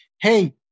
hey